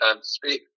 speak